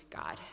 God